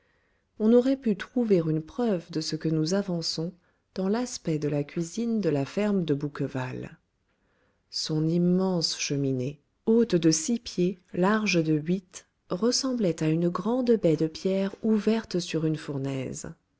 on aurait pu trouver une preuve de ce que nous avançons dans l'aspect de la cuisine de la ferme de bouqueval son immense cheminée haute de six pieds large de huit ressemblait à une grande baie de pierre ouverte sur une fournaise